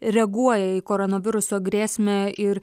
reaguoja į koronaviruso grėsmę ir